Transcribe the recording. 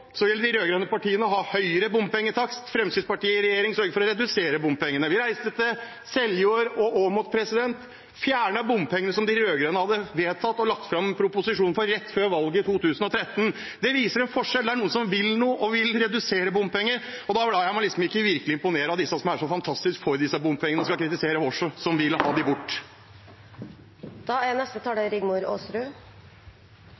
vil de rød-grønne partiene ha høyere bompengetakst. Fremskrittspartiet i regjering sørger for å redusere bompengene. Vi reiste til Seljord og Åmot – fjernet bompengene som de rød-grønne hadde vedtatt og lagt fram proposisjon om rett før valget i 2013. Det viser en forskjell. Det er noen som vil noe og vil redusere bompenger, og da lar jeg meg virkelig ikke imponere av disse som er så fantastisk for disse bompengene, og som kritiserer oss som vil ha